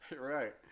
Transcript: Right